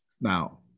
now